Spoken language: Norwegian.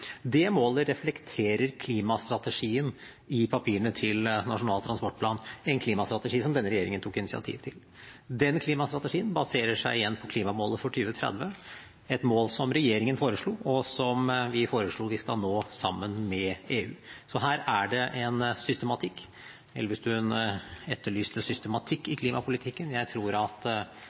2025. Målet reflekterer klimastrategien i papirene til Nasjonal transportplan, en klimastrategi denne regjeringen tok initiativ til. Klimastrategien baserer seg igjen på klimamålet for 2030, et mål regjeringen foreslo, og som vi foreslo at vi skal nå sammen med EU. Her er det en systematikk. Elvestuen etterlyste systematikk i klimapolitikken. Jeg tror